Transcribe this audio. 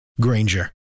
Granger